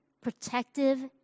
protective